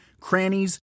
crannies